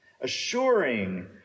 assuring